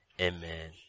Amen